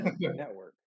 Network